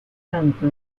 tanto